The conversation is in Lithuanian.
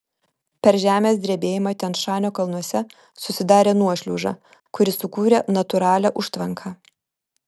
per žemės drebėjimą tian šanio kalnuose susidarė nuošliauža kuri sukūrė natūralią užtvanką